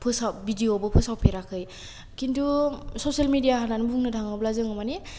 फोसाव भिडिअबो फोसावफेराखै खिन्थु ससियेल मेडिया होन्नानै बुंनो थाङोब्ला जोङो माने